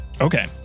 Okay